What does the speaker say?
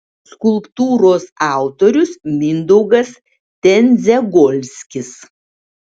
skulptūros autorius mindaugas tendziagolskis